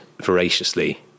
voraciously